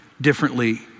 differently